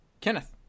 Kenneth